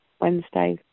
Wednesday